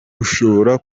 ushobora